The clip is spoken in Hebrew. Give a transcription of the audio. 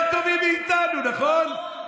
הרבה, אתם הרי יותר טובים מאיתנו, נכון?